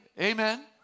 Amen